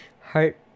Heart